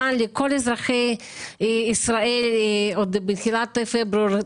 לכל אזרחי ישראל עוד בתחילת פברואר,